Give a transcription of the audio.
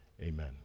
amen